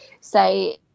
say